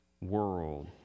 world